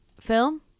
film